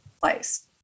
place